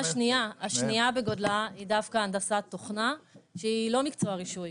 המגמה השנייה בגודלה היא דווקא הנדסת תוכנה שהיא לא מקצוע רישוי,